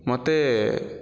ମୋତେ